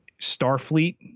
starfleet